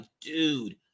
dude